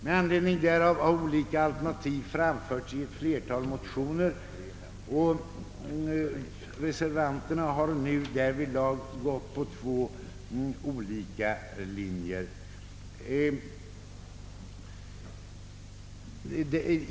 Med anledning därav har olika alternativ framförts i ett flertal motioner, och reservanterna har gått på två olika linjer.